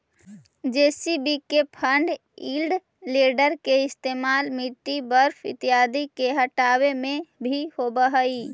JCB के front end loader के इस्तेमाल मिट्टी, बर्फ इत्यादि के हँटावे में भी होवऽ हई